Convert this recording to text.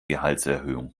gehaltserhöhung